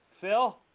Phil